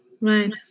Right